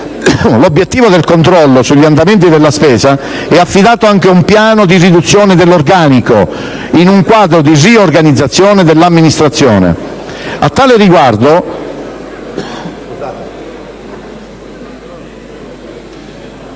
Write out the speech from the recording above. l'obiettivo del controllo sugli andamenti della spesa é affidato anche ad un piano di riduzione dell'organico in un quadro di riorganizzazione dell'Amministrazione. A tale riguardo,